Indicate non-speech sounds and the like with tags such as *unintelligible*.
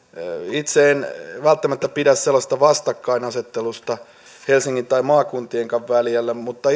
itse en välttämättä pidä sellaisesta vastakkainasettelusta helsingin tai maakuntienkaan välillä mutta *unintelligible*